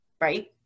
right